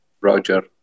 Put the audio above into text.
Roger